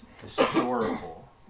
historical